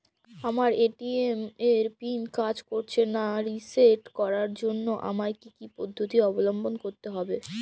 আমার এ.টি.এম এর পিন কাজ করছে না রিসেট করার জন্য আমায় কী কী পদ্ধতি অবলম্বন করতে হবে?